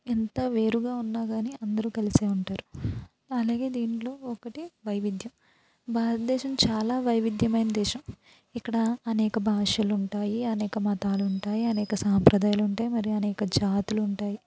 ఎంత వేరుగా ఉన్నా గానీ అందరు కలిసే ఉంటారు అలాగే దీనిలో ఒకటి వైవిధ్యం భారతదేశం చాలా వైవిధ్యమైన దేశం ఇక్కడా అనేక భాషలుంటాయి అనేక మతాలుంటాయి అనేక సాంప్రదాయాలుంటాయి మరియు అనేక జాతులుంటాయి